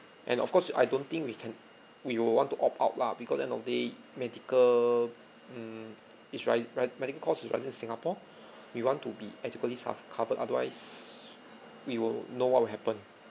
and of course I don't think we can we will want to opt out lah because end of day medical mm is rise rise rising cost is rising in singapore we want to be adequately sub covered otherwise we will know what will happen